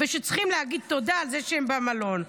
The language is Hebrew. שצריכים להגיד תודה על זה שהם במלון.